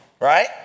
right